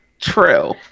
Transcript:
True